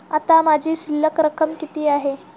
आता माझी शिल्लक रक्कम किती आहे?